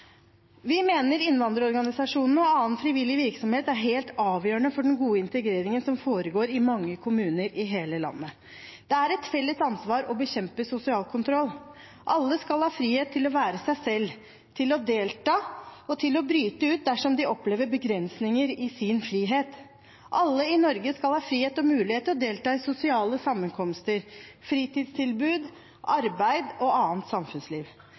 Vi mener innvandrerorganisasjonene og annen frivillig virksomhet er helt avgjørende for den gode integreringen som foregår i mange kommuner i hele landet. Det er et felles ansvar å bekjempe sosial kontroll. Alle skal ha frihet til å være seg selv, til å delta og til å bryte ut dersom de opplever begrensninger i sin frihet. Alle i Norge skal ha frihet og mulighet til å delta i sosiale sammenkomster, fritidstilbud, arbeid og annet samfunnsliv.